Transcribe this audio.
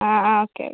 അ അ okay okay